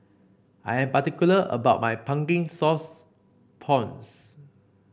I am particular about my Pumpkin Sauce Prawns